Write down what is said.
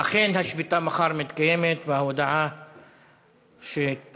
אכן השביתה מחר מתקיימת וההודעה שהתפרסמה,